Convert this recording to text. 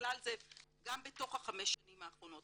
ובכלל זה גם בתוך חמש השנים האחרונות,